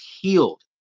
healed